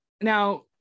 Now